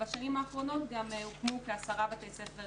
בשנים האחרונות הוקמו גם כעשרה בתי ספר